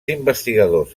investigadors